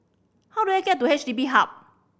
how do I get to H D B Hub